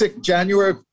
January